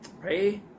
Pray